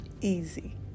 easy